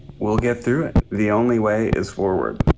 we'll get through it. the only way is forward.